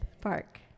Park